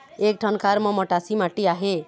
एक ठन खार म मटासी माटी आहे?